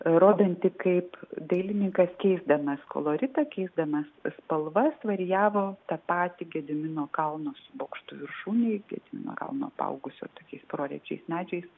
rodantį kaip dailininkas keisdamas koloritą keisdamas spalvas varijavo tą patį gedimino kalną su bokštu viršūnėj gedimino kalno apaugusio tokiais prorečiais medžiais